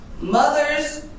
Mothers